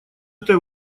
этой